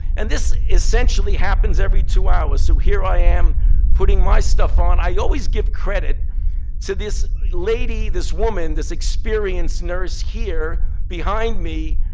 and this essentially happens every two hours. so here i am putting my stuff on. i always give credit to this lady, this woman, this experienced nurse here behind me,